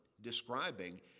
describing